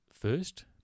First